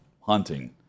hunting